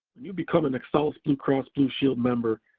when you become an excellus bluecross blueshield member,